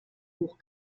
hoch